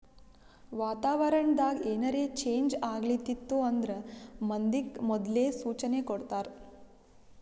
ವಾತಾವರಣ್ ದಾಗ್ ಏನರೆ ಚೇಂಜ್ ಆಗ್ಲತಿತ್ತು ಅಂದ್ರ ಮಂದಿಗ್ ಮೊದ್ಲೇ ಸೂಚನೆ ಕೊಡ್ತಾರ್